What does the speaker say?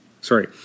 Sorry